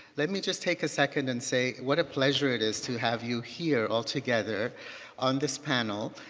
let me just take a second and say what a pleasure it is to have you here all together on this panel.